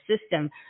system